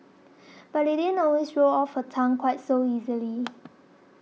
but it didn't always roll off her tongue quite so easily